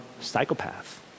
psychopath